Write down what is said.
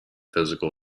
physical